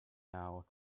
now